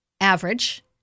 average